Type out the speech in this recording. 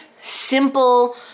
simple